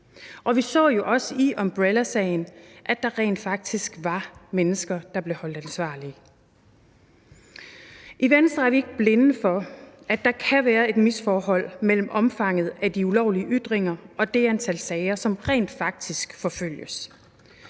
Og vi så jo også i umbrellasagen, at der rent faktisk var mennesker, der blev holdt ansvarlige. I Venstre er vi ikke blinde for, at der kan være et misforhold mellem omfanget af de ulovlige ytringer og det antal sager, som rent faktisk forfølges.